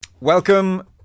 Welcome